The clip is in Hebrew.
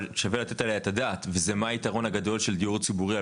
אבל שווה לתת עליה את הדעת וזה מה היתרון הגדול של דיור ציבורי,